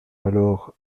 alors